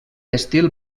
estil